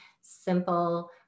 simple